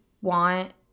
want